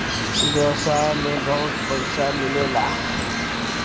व्यवसाय में बहुत पइसा मिलेला